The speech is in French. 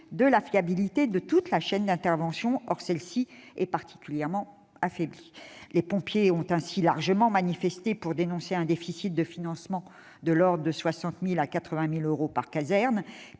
de la fiabilité de toute la chaîne d'intervention. Or celle-ci est particulièrement affaiblie. Les pompiers ont ainsi largement manifesté pour dénoncer un déficit de financement de l'ordre de 60 000 à 80 000 euros par caserne